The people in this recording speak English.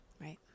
Right